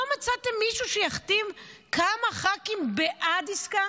לא מצאתם מישהו שיחתים כמה ח"כים בעד עסקה?